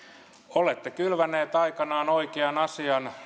olette kylväneet aikanaan oikean asian